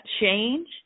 change